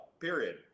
period